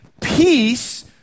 peace